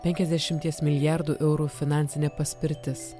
penkiasdešimties milijardų eurų finansinė paspirtis